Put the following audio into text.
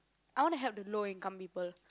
I want to help the low income people